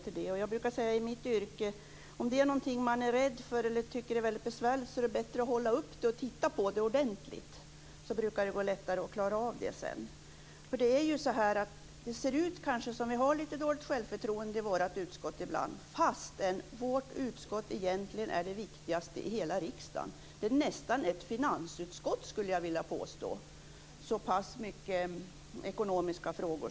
I mitt yrke brukar jag säga att om det är någonting som man är rädd för eller tycker är väldigt besvärligt är det bättre att hålla upp det och titta på det ordentligt, så brukar det gå lättare att klara av det sedan. Det ser kanske ut som att vi har lite dåligt självförtroende i vårt utskott ibland fastän vårt utskott egentligen är det viktigaste i hela riksdagen. Det är nästan ett finansutskott, skulle jag vilja påstå. Det är ju så pass mycket ekonomiska frågor.